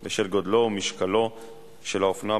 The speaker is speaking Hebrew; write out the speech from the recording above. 21, בצירוף קולו של יושב-ראש הוועדה,